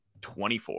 24